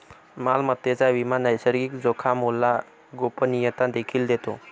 मालमत्तेचा विमा नैसर्गिक जोखामोला गोपनीयता देखील देतो